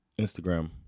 Instagram